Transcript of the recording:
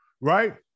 right